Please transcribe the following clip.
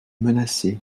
menacé